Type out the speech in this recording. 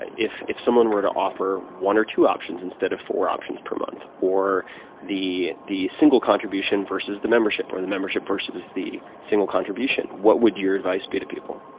if if someone were to offer one or two options instead of four options per month, or the the single contribution versus the membership, or the membership versus the single contribution what would your advice be to people?